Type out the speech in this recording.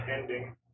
ending